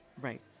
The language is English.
Right